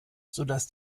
sodass